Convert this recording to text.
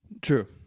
true